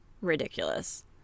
ridiculous